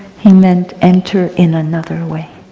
he meant enter in another way.